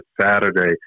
Saturday